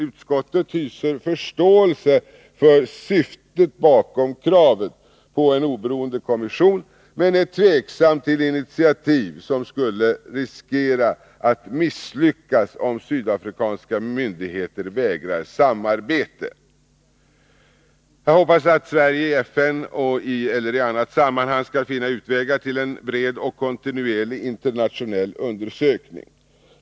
Utskottet hyser förståelse för syftet bakom kravet på en oberoende kommission men är tveksamt till initiativ som skulle riskera att misslyckas om sydafrikanska myndigheter vägrar samarbete. Jag hoppas att Sverige i FN eller i annat sammanhang skall finna utvägar till en bred och kontinuerlig internationell undersökning.